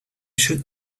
should